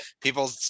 people